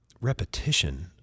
repetition